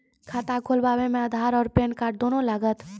खाता खोलबे मे आधार और पेन कार्ड दोनों लागत?